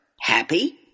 happy